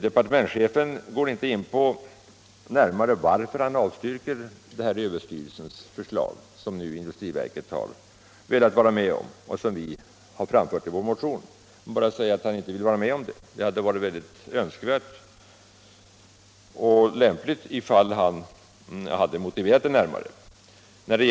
Departementschefen går inte närmare in på varför han avstyrker överstyrelsens förslag, som industriverket velat vara med om och som vi framfört i vår motion. Han bara säger att han inte vill vara med om det. Det hade varit önskvärt och lämpligt att han närmare motiverat detta ställningstagande.